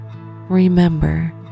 Remember